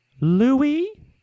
Louis